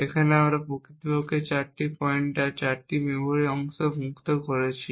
এখানে আমরা প্রকৃতপক্ষে 4 পয়েন্টার 4টি মেমরির অংশ মুক্ত করেছি